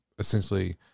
Essentially